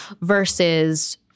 versus